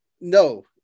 no